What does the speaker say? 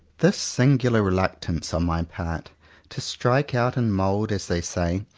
this singular reluctance on my part to strike out and mould, as they say,